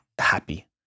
happy